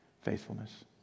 faithfulness